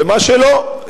ומה שלא,